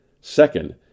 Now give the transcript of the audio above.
Second